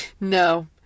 No